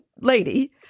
lady